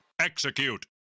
execute